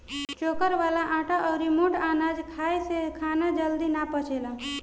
चोकर वाला आटा अउरी मोट अनाज खाए से खाना जल्दी ना पचेला